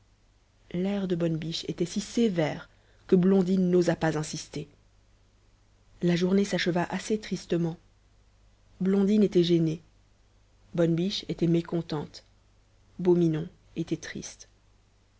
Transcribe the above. l'air de bonne biche était si sévère que blondine n'osa pas insister la journée s'acheva assez tristement blondine était gênée bonne biche était mécontente beau minon était triste